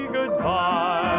goodbye